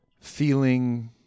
feeling